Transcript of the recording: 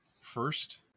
First